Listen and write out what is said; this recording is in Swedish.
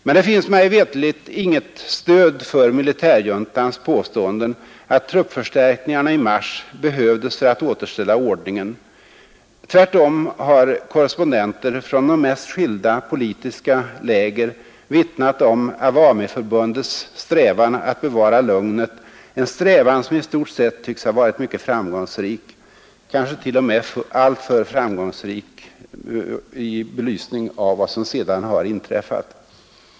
Men det finns mig veterligt inget stöd för militärjuntans påståenden att truppförstärkningarna i mars behövdes för att återställa ordningen. Tvärtom har korrespondenter från de mest skilda politiska läger vittnat om Awamiförbundets strävan att bevara lugnet, en strävan som i stort sett tycks ha varit mycket framgångsrik, kanske t.o.m. alltför framgångsrik i belysning av vad som sedan har inträffat.